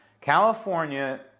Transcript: California